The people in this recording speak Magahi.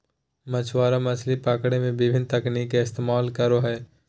मछुआरा मछली पकड़े में विभिन्न तकनीक के इस्तेमाल करो हइ